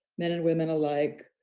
men and women alike,